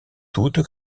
toute